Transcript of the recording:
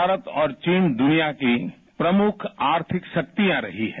भारत और चीन दुनिया की प्रमुख आर्थिक शक्तियां रही है